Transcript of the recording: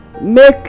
Make